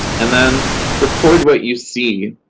and then record what you see.